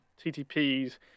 TTPs